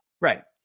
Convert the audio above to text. Right